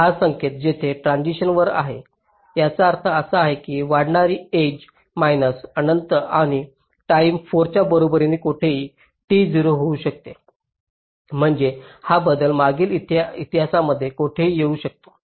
हा संकेत जेथे ट्रान्सिशन्स वर होत आहे याचा अर्थ असा की ही वाढणारी एज मैनास अनंत आणि टाईम 4 च्या बरोबरी कोठेही t येऊ शकते म्हणजे हा बदल मागील इतिहासामध्ये कोठेही येऊ शकतो